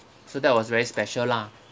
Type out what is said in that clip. so that was very special lah